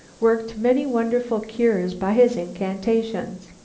worked many wonderful cures by his incantations.